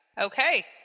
Okay